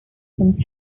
from